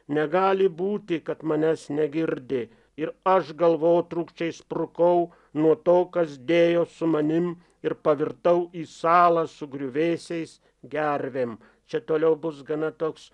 negali būti kad manęs negirdi ir aš galvotrūkčiais sprukau nuo to kas dėjos su manim ir pavirtau į salą su griuvėsiais gervėm čia toliau bus gana toks